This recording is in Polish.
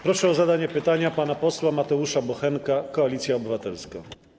Proszę o zadanie pytania pana posła Mateusza Bochenka, Koalicja Obywatelska.